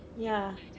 ya